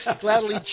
gladly